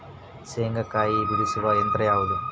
ಶೇಂಗಾಕಾಯಿ ಬಿಡಿಸುವ ಯಂತ್ರ ಯಾವುದು?